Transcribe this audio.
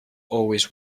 always